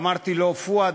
ואמרתי לו: פואד,